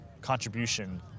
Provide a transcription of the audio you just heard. contribution